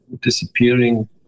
disappearing